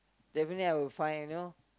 definitely I will find you know